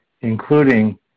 including